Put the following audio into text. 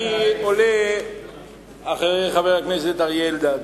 אני עולה אחרי חבר הכנסת אריה אלדד.